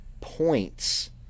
points